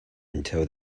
until